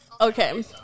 Okay